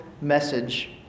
message